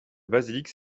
basilique